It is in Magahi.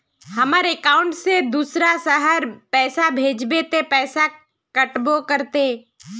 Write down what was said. हमर अकाउंट से दूसरा शहर पैसा भेजबे ते पैसा कटबो करते?